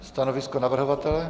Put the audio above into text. Stanovisko navrhovatele?